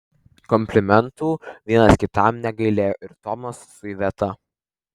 komplimentų vienas kitam negailėjo ir tomas su iveta